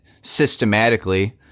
systematically